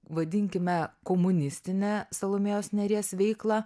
vadinkime komunistinę salomėjos nėries veiklą